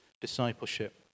discipleship